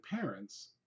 parents